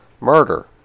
murder